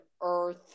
Earth